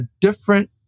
different